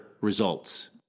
results